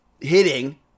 hitting